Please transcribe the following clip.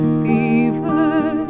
fever